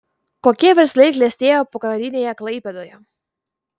kokie verslai klestėjo pokarinėje klaipėdoje